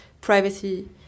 privacy